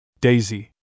Daisy